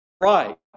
right